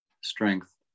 strength